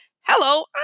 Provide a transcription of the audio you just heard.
Hello